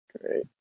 Great